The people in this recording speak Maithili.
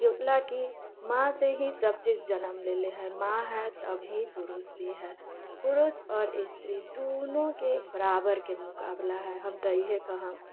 केओ लऽ कि माँ से ही सभ चीज जनम लेले हय माँ हय तब ही पुरुष भी हय पुरुष आओर स्त्री दुनूके बराबरके मुकाबला हय हम तऽ इहे कहम